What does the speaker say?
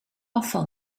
afval